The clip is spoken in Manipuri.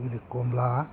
ꯑꯗꯨꯒ ꯀꯣꯝꯂꯥ